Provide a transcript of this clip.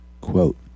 Quote